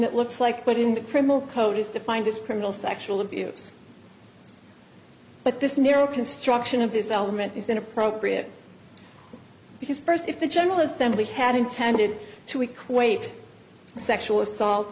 that looks like put in the criminal code is defined as criminal sexual abuse but this narrow construction of this element is inappropriate because first if the general assembly had intended to equate sexual assault